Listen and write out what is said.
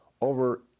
over